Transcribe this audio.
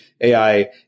AI